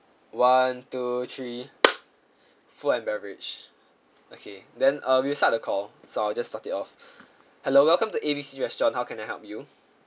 one two three food and beverage okay then uh we will start the call so I will just start it off hello welcome to A B C restaurant how can I help you